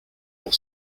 pour